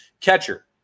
catcher